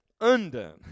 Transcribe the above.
undone